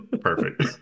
perfect